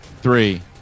three